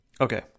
Okay